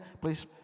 please